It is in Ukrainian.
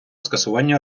скасування